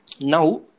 Now